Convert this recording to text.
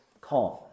calm